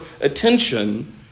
attention